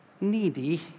needy